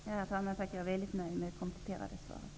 Herr talman! Jag är väldigt nöjd med det kompletterande svaret.